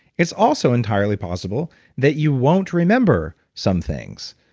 it's also entirely possible that you won't remember some things,